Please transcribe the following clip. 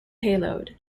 payload